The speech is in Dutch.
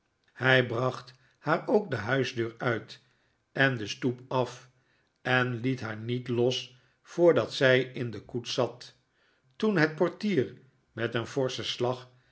hij bracht haar ook de huisdeur uit en de stoep af en liet haar niet los voordat zij in de koets zat toen het portier met een forschen slag